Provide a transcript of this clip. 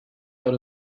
out